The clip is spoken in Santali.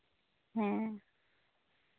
ᱦᱮᱸ